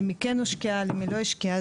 אם כן השקיע או לא השקיע.